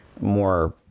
more